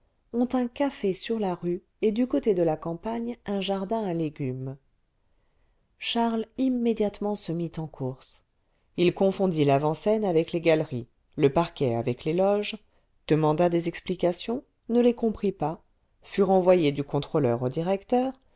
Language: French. ont un café sur la rue et du côté de la campagne un jardin à légumes charles immédiatement se mit en courses il confondit l'avant-scène avec les galeries le parquet avec les loges demanda des explications ne les comprit pas fut renvoyé du contrôleur au directeur